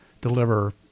deliver